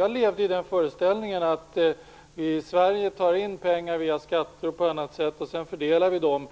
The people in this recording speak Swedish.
Jag levde i den föreställningen att vi i Sverige tar in pengar via skatter och på annat sätt, och sedan fördelar vi dem